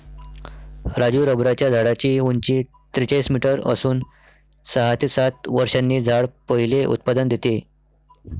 राजू रबराच्या झाडाची उंची त्रेचाळीस मीटर असून सहा ते सात वर्षांनी झाड पहिले उत्पादन देते